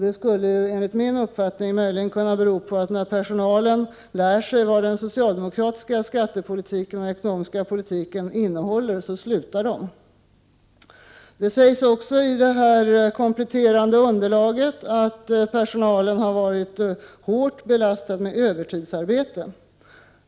Det skulle enligt min uppfattning möjligen kunna bero på att personalen slutar när den lär sig vad den socialdemokratiska skattepolitiken och ekonomiska politiken innehåller. Det sägs också i det kompletterande underlaget att personalen har varit hårt belastad med övertidsarbete.